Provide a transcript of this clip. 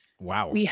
Wow